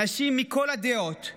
אנשים מכל הדעות,